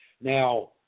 Now